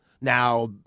Now